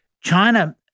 China